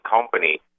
company